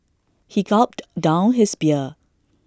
he gulped down his beer